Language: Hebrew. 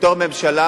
בתור ממשלה